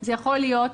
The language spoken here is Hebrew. זה יכול להיות,